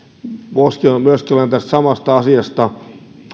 monesti olen myös tästä samasta asiasta ollut